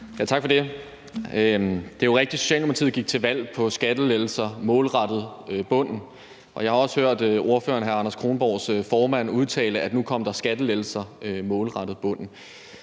Tak for det. Det er jo rigtigt, at Socialdemokratiet gik til valg på skattelettelser målrettet bunden, og jeg har også hørt ordføreren, hr. Anders Kronborgs, formand udtale, at nu kom der skattelettelser målrettet bunden.